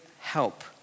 help